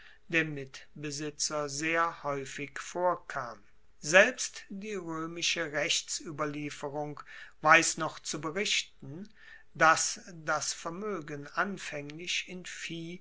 der mitbesitzer sehr haeufig vorkam selbst die roemische rechtsueberlieferung weiss noch zu berichten dass das vermoegen anfaenglich in vieh